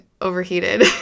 overheated